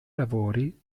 lavori